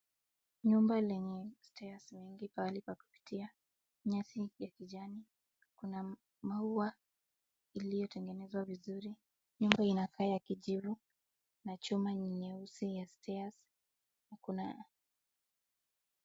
Nyumba lenye stairs nyingi pahali paa kupitia, Nyasi ya kijani. Kuna maua iliyotengenezwa vizuri. Nyumba inakaa ya kijeru , chuma ni nyeusi ya stairs na kuna.